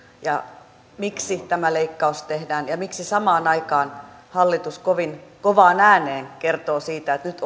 ja miksi tämä leikkaus tehdään ja miksi samaan aikaan hallitus kovin kovaan ääneen kertoo siitä että nyt